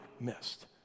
missed